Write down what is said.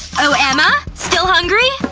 oh, emma? still hungry?